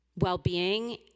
well-being